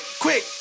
quick